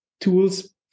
tools